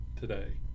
today